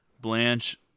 Blanche